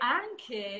anche